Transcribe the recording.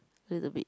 a little bit